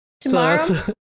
Tomorrow